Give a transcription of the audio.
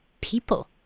people